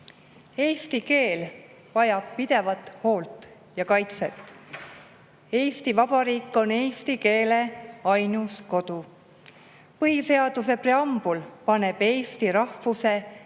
Eesti keel vajab pidevat hoolt ja kaitset. Eesti Vabariik on eesti keele ainus kodu. Põhiseaduse preambul paneb eesti rahvuse, keele